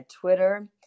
Twitter